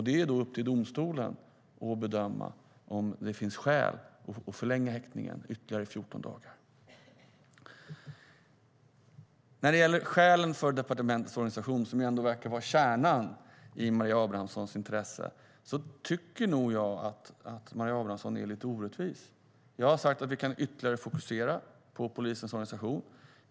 Det är upp till domstolen att bedöma om det finns skäl att förlänga häktningen ytterligare 14 dagar. Skälen till den nya departementsorganisationen verkar vara kärnan i Maria Abrahamssons intresse för frågan. Jag tycker att Maria Abrahamsson är lite orättvis. Jag har sagt att vi kan få ytterligare fokus på polisens organisation.